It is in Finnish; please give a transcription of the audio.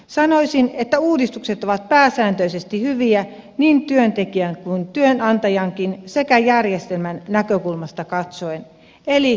sanoisin että uudistukset ovat pääsääntöisesti hyviä niin työntekijän kuin työnantajankin sekä järjestelmän näkökulmasta katsoen eli kaikki voittavat